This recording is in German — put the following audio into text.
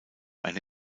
eine